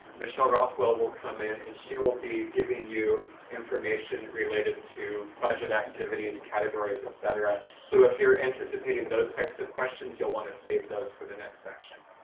michelle rockwell will come in and she will be giving you information related to budget activities, categories, et cetera. so if you're anticipating those types of questions, you'll want to save those for the next section.